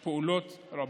מבוצעות פעולות רבות.